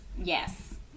Yes